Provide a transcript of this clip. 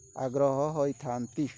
ଆଗ୍ରହ ହୋଇଥାଆନ୍ତି